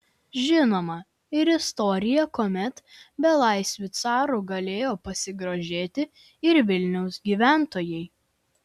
žinoma ir istorija kuomet belaisviu caru galėjo pasigrožėti ir vilniaus gyventojai